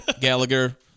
Gallagher